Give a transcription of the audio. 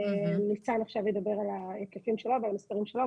ניצן עכשיו ידבר על ההיקפים שלו והמספרים שלו,